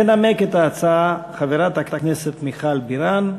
תנמק את ההצעה חברת הכנסת מיכל בירן.